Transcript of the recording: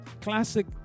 classic